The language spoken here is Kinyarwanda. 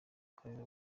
karere